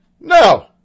No